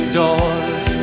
doors